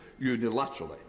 unilaterally